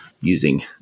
using